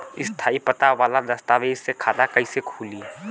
स्थायी पता वाला दस्तावेज़ से खाता कैसे खुली?